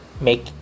make